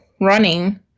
running